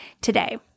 today